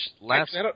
last